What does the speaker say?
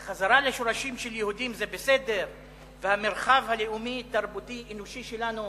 חזרה לשורשים של יהודים זה בסדר והמרחב הלאומי-תרבותי-אנושי שלנו